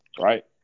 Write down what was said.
Right